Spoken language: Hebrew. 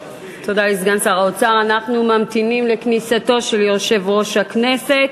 אנחנו ממתינים לכניסתו של יושב-ראש הכנסת